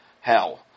hell